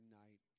night